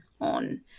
on